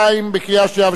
קריאה שנייה ושלישית.